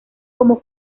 como